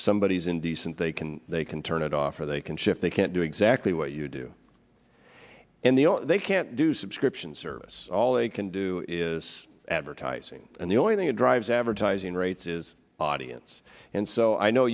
somebody is indecent they can they can turn it off or they can shift they can't do exactly what you do and the they can't do subscription service all they can do is advertising and the only thing that drives advertising rates is audience and so i know